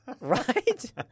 right